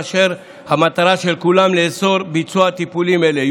אשר המטרה של כולן לאסור ביצוע טיפולים אלה.